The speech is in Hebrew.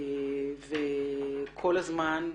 וכל הזמן,